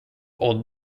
old